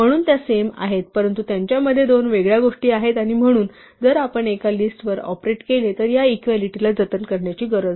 म्हणून त्या सेम आहेत परंतु त्यांच्यामध्ये दोन वेगळ्या गोष्टी आहेत आणि म्हणून जर आपण एका लिस्टवर ऑपरेट केले तर या इक्वालिटीला जतन करण्याची गरज नाही